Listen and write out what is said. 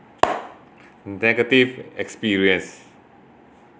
negative experience